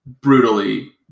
brutally